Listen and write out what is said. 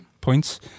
points